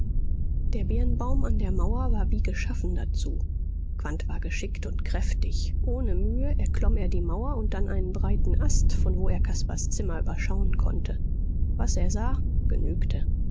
der birnbaum an der mauer war wie geschaffen dazu quandt war geschickt und kräftig ohne mühe erklomm er die mauer und dann einen breiten ast von wo er caspars zimmer überschauen konnte was er sah genügte